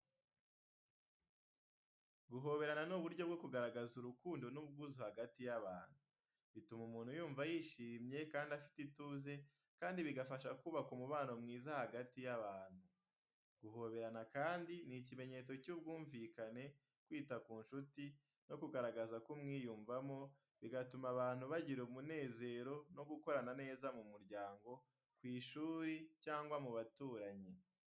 Guhoberana ni uburyo bwo kugaragaza urukundo n’ubwuzu hagati y’abantu. Bituma umuntu yumva yishimiye kandi afite ituze, kandi bigafasha kubaka umubano mwiza hagati y’abantu. Guhoberana kandi ni ikimenyetso cy’ubwumvikane, kwita ku nshuti no kugaragaza ko umwiyumvamo, bigatuma abantu bagira umunezero no gukorana neza mu muryango, ku ishuri cyangwa mu baturanyi.